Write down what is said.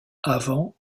avant